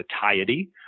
satiety